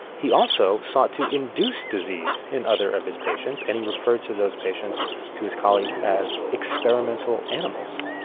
he also sought to induce disease in other of his patients, and he referred to those patients to his colleagues as experimental animals